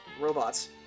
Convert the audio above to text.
robots